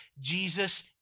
Jesus